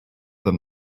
than